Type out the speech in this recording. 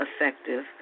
effective